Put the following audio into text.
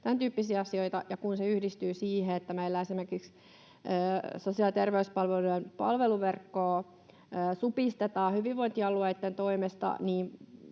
tämäntyyppisiä asioita, niin kun se yhdistyy siihen, että meillä esimerkiksi sosiaali- ja terveyspalveluiden palveluverkkoa supistetaan hyvinvointialueitten toimesta,